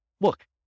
look